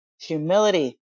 Humility